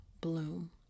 bloom